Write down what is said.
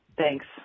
Thanks